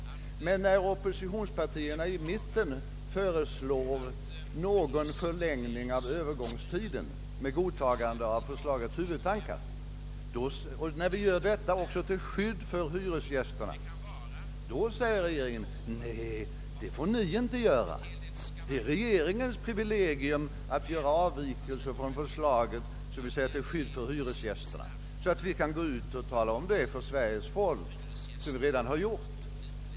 Men när oppositionspartierna i mitten föreslår en viss förlängning av Öövergångstiden med godtagande av förslagets huvudtankar, också i syfte att skydda hyresgästerna, uttalar regeringen att de inte får göra detta. Det är regeringens privilegium att göra avvikelser från förslaget till skydd för hyresgästerna, så att man kan redovisa detta för Sveriges folk som sina åtgärder — vilket man också gjort.